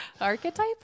Archetype